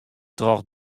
troch